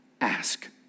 ask